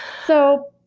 so,